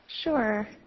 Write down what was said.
Sure